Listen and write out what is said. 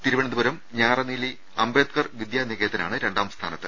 തിരു വനന്തപുരം ഞാറനീലി അംബേദ്കർ വിദ്യാനികേതനാണ് രണ്ടാം സ്ഥാനത്ത്